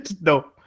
No